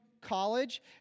college